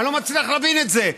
אני לא מצליח להבין את זה.